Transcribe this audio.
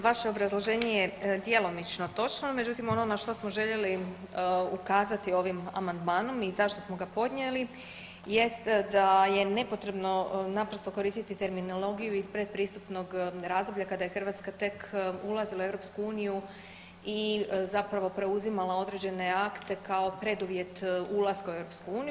Vaše obrazloženje je djelomično točno, međutim ono na što smo željeli ukazati ovim amandmanom i zašto smo ga podnijeli jest da je nepotrebno naprosto koristiti terminologiju iz predpristupnog razdoblja kada je Hrvatska tek ulazila u EU i zapravo preuzimala određene akte kao preduvjet ulaska u EU.